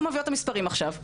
אנחנו מביאות את המספרים עכשיו.